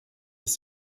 des